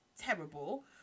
terrible